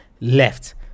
left